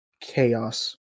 chaos